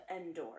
Endor